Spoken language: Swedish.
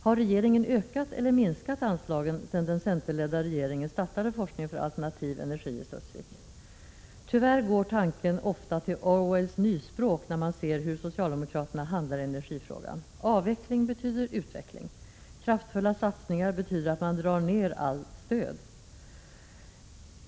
Har regeringen ökat eller minskat anslagen sedan den centerledda regeringen startade forskning för alternativ energi i Studsvik? Tyvärr går tanken ofta till Orwells nyspråk när man ser hur socialdemokraterna handlar i energifrågan. Avveckling betyder utveckling. Kraftfulla satsningar betyder att man drar ned allt stöd.